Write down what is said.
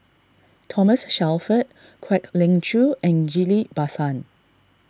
Thomas Shelford Kwek Leng Joo and Ghillie Basan